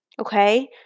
Okay